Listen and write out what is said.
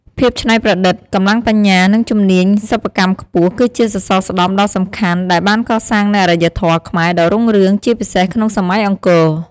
ភាពច្នៃប្រឌិត កម្លាំងបញ្ញា និងជំនាញសិប្បកម្មខ្ពស់ គឺជាសសរស្តម្ភដ៏សំខាន់ដែលបានកសាងនូវអរិយធម៌ខ្មែរដ៏រុងរឿង ជាពិសេសក្នុងសម័យអង្គរ។